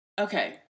okay